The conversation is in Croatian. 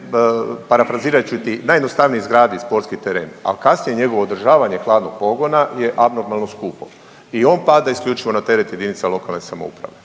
je, parafrazirat ću ti, najjednostavnije je izgradit sportski, al kasnije njegovo održavanje hladnog pogona je abnormalno skupo i on pada isključivo na teret JLS. Uključivanjem